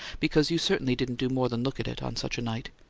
because you certainly didn't do more than look at it on such a night!